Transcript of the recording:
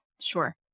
Sure